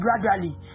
gradually